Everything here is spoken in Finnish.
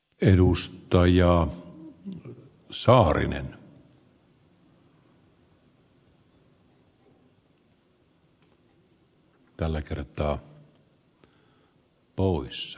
en uus toi ja innovaatioita tarvitaan